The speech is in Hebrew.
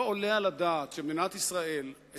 לא עולה על הדעת שבמדינת ישראל,